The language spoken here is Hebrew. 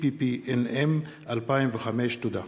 CPPNM, 2005. תודה.